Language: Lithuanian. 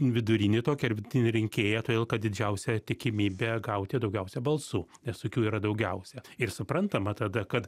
vidurinį tokį ar vidutinį rinkėją todėl kad didžiausia tikimybė gauti daugiausia balsų nes tokių yra daugiausia ir suprantama tada kad